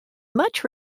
much